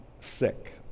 sick